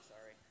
sorry